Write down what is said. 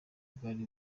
bwari